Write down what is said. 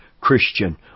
Christian